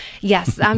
Yes